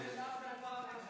ההצעה להעביר את